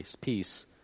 peace